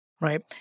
right